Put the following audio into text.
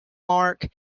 mark